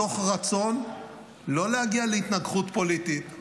לא מתוך רצון להגיע להתנגחות פוליטית,